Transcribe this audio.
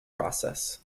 process